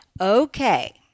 Okay